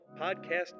Podcast